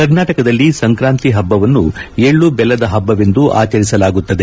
ಕರ್ನಾಟಕದಲ್ಲಿ ಸಂಕ್ರಾಂತಿ ಹಬ್ಲವನ್ನು ಎಳ್ಲು ಬೆಲ್ಲದ ಹಬ್ಬವೆಂದು ಆಚರಿಸಲಾಗುತ್ತದೆ